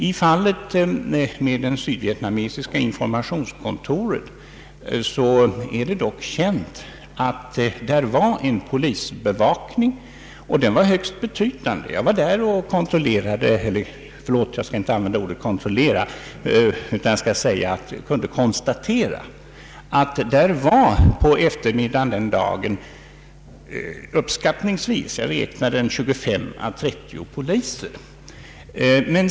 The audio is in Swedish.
I fallet med det sydvietnamesiska informationskontoret är det känt att där fanns polisbevakning, en högst betydande sådan. Jag var där själv och konstaterade att där på eftermiddagen fanns uppskattningsvis 25 å 30 poliser.